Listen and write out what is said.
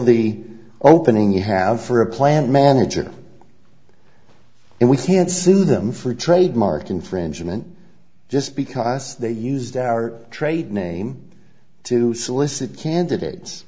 the opening you have for a plant manager and we can't sue them for trademark infringement just because they used our trade name to solicit candidates